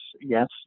yes